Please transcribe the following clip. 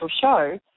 show